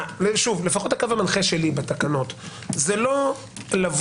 לפחות הקו המנחה שלי בתקנות זה לא לבוא,